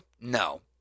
No